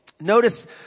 Notice